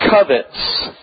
covets